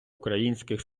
українських